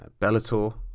Bellator